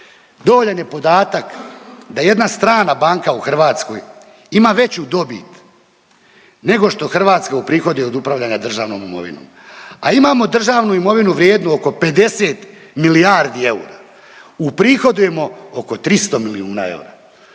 dovoljan je podatak da jedna strana banka u Hrvatskoj ima veću dobit nego što Hrvatska uprihodi od upravljanja državnom imovinom, a imamo državnu imovinu vrijednu oko 50 milijardi eura, prihodujemo oko 300 milijuna eura.